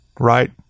right